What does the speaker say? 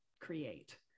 create